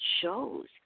shows